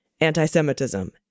anti-Semitism